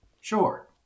Sure